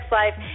life